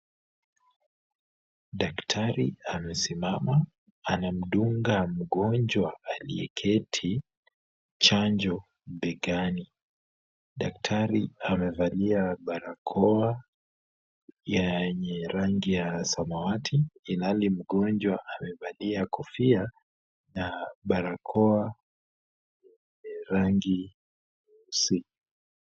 Daktari amesimama anamdunga mgonjwa aliyeketi chanjo begani, daktari amevalia barakoa yenye rangi ya samawati ilhali mgonjwa amevalia kofia na barakoa yenye rangi si...